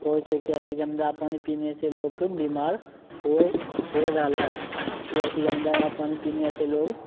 होइ छै किएकि गन्दा पानी पिनेसे लोक बीमार होइ होइ रहलै किएकि गन्दा पानी पिनेसे लोक